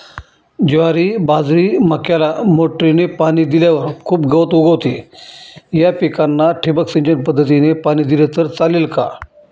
ज्वारी, बाजरी, मक्याला मोटरीने पाणी दिल्यावर खूप गवत उगवते, या पिकांना ठिबक सिंचन पद्धतीने पाणी दिले तर चालेल का?